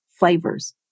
flavors